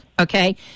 okay